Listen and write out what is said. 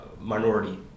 minority